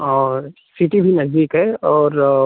और सिटी भी नजदीक है और